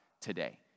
today